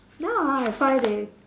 now ah I find they